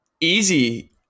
easy